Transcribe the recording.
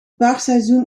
paarseizoen